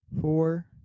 four